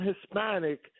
Hispanic